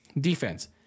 defense